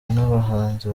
n’abahanzi